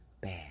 bad